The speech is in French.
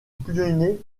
pionnier